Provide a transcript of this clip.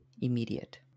immediate